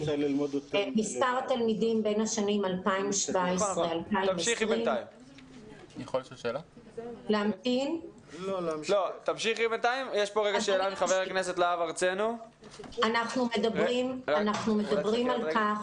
מספר התלמידים בין השנים 2020-2017. אנחנו מדברים על כך